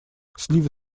сливы